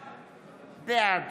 בעד אלון טל, נגד דסטה גדי יברקן, בעד